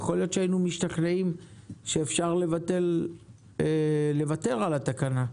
יכול להיות שהיינו משתכנעים שאפשר לוותר על התקנה,